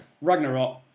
Ragnarok